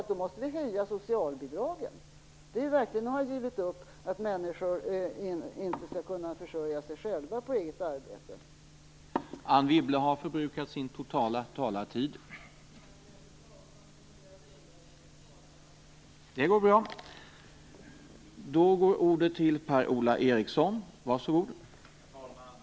Att acceptera att människor inte skall kunna försörja sig själva på eget arbete är verkligen att ha givit upp. Eftersom jag nu tydligen har förbrukat min talartid skall jag slutligen bara be att få ta avstånd från nya